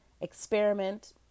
experiment